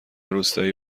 روستایی